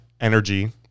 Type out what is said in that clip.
energy